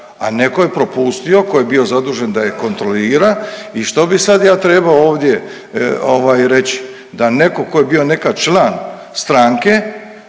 A netko je propustio tko je bio zadužen da je kontrolira i što bih sad ja trebao ovdje reći? Da netko tko je bio nekad član stranke